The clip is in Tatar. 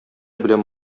беләм